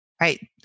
right